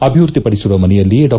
ಅಭಿವೃದ್ದಿಪಡಿಸಿರುವ ಮನೆಯಲ್ಲಿ ಡಾ